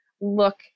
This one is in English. look